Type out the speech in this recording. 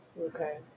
Okay